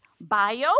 bio